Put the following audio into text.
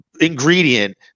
ingredient